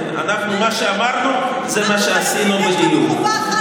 קיימנו בדיוק מה שאמרנו לבוחר בתקופת